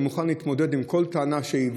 אני מוכן להתמודד עם כל טענה שהיא,